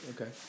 Okay